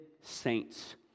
saints